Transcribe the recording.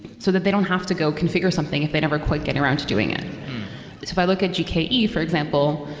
so that they don't have to go configure something if they never quite getting around to doing it if i look at gke for example,